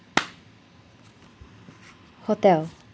hotel